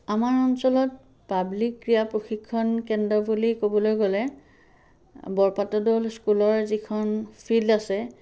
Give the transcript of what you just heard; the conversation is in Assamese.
আমাৰ অঞ্চলত পাব্লিক ক্ৰীড়া প্ৰশিক্ষণ কেন্দ্ৰ বুলি ক'বলৈ গ'লে বৰপাত্ৰ দৌল স্কুলৰ যিখন ফিল্ড আছে